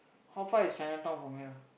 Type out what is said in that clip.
how far is Chinatown from here